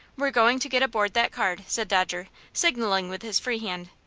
we're going to get aboard that car, said dodger, signaling with his free hand.